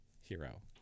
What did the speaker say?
Hero